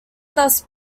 thus